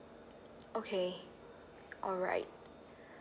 okay alright